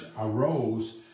arose